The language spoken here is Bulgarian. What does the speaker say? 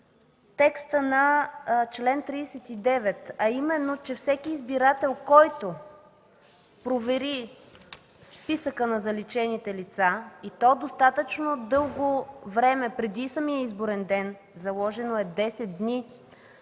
текста на чл. 39, а именно, че всеки избирател, който провери списъка на заличените лица и то достатъчно дълго време преди самия изборен ден – заложено е 10 дни,